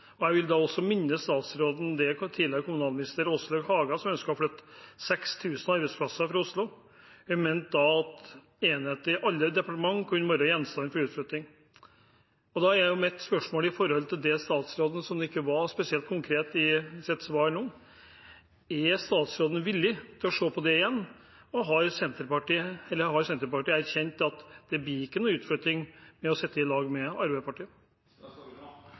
Jeg vil da også minne statsråden om at tidligere kommunalminister Åslaug Haga ønsket å flytte 6 000 arbeidsplasser fra Oslo. Hun mente da at enheter i alle departementer kunne være gjenstand for utflytting. Da er mitt spørsmål til statsråden, som ikke var spesielt konkret i sitt svar nå: Er statsråden villig til å se på det igjen? Eller har Senterpartiet erkjent at det ikke blir noe utflytting av å sitte sammen med Arbeiderpartiet?